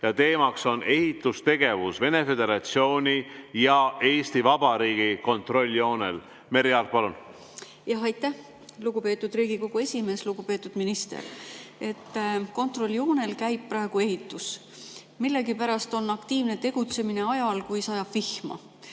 ja teema on ehitustegevus Venemaa Föderatsiooni ja Eesti Vabariigi kontrolljoonel. Merry Aart, palun! Aitäh, lugupeetud Riigikogu esimees! Lugupeetud minister! Kontrolljoonel käib praegu ehitus. Millegipärast on aktiivne tegutsemine ajal, kui sajab vihma.